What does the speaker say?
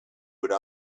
would